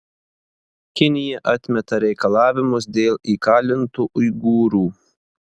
kinija atmeta reikalavimus dėl įkalintų uigūrų